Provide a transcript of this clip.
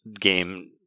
game